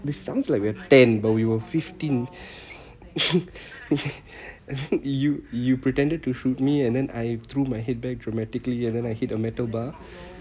it sounds like we're ten but we were fifteen you you pretended to shoot me and then I threw my head back dramatically and then I hit a metal bar